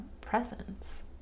presence